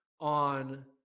on